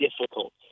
difficult